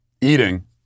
eating